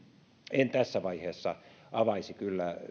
en tässä vaiheessa kyllä avaisi